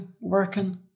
working